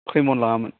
खैमन लाङामोन